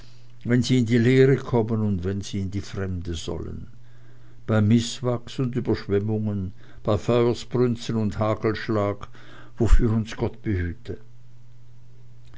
wenn sie in die lehre kommen und wenn sie in die fremde sollen bei mißwachs und überschwemmungen bei feuersbrünsten und hagelschlag wofür uns gott behüte